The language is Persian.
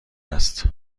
است